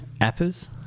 appers